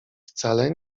wcale